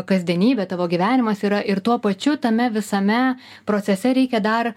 kasdienybė tavo gyvenimas yra ir tuo pačiu tame visame procese reikia dar